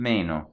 Meno